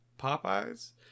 Popeye's